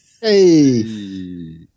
Hey